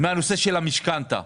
מהנושא של המשכנתה,